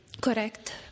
Correct